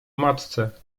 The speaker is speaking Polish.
matce